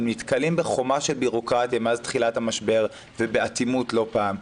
הם נתקלים בחומה של בירוקרטיה מאז תחילת המשבר ובאטימות לא פעם.